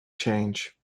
change